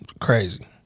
Crazy